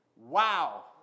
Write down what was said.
Wow